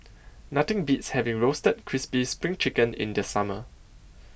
Nothing Beats having Roasted Crispy SPRING Chicken in The Summer